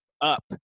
up